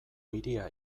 hiria